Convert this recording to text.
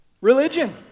religion